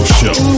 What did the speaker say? show